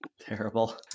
Terrible